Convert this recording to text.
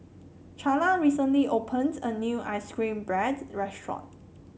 Charla recently opened a new ice cream bread restaurant